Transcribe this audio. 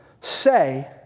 say